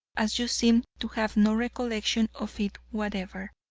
as you seem to have no recollection of it whatever,